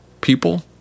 people